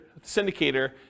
syndicator